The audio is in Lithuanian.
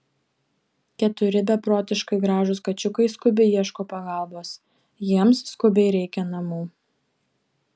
keturi beprotiškai gražūs kačiukai skubiai ieško pagalbos jiems skubiai reikia namų